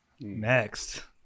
Next